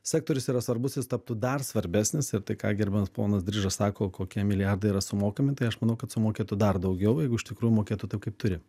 sektorius yra svarbus jis taptų dar svarbesnis ir tai ką gerbiamas ponas drižas sako kokie milijardai yra sumokami tai aš manau kad sumokėtų dar daugiau jeigu iš tikrųjų mokėtų taip kaip turi